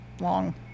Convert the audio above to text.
long